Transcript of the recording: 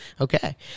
Okay